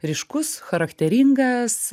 ryškus charakteringas